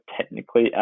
technically